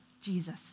Jesus